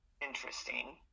interesting